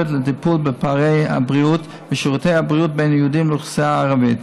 לטיפול בפערי הבריאות ושירותי הבריאות בין יהודים לאוכלוסייה הערבית.